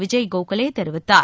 விஜய் கோகலே தெரிவித்தார்